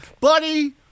buddy